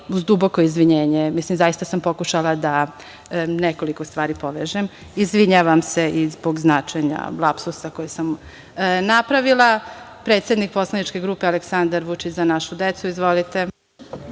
duboko izvinjenje. Zaista sam pokušala da nekoliko stvari povežem. Izvinjavam se i zbog značenja lapsusa koji sam napravila. Reč ima predsednik poslaničke grupe Aleksandar Vučić – Za našu decu, izvolite.